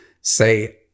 say